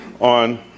on